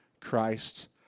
Christ